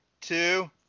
two